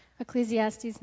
Ecclesiastes